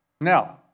Now